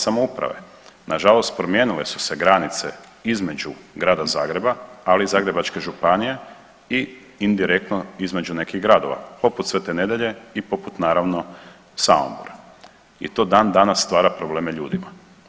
Nažalost promijenile su se granice između Grada Zagreba, ali i Zagrebačke županije i indirektno između nekih gradova, poput Svete Nedjelje i poput naravno Samobora i to dan danas stvara probleme ljudima.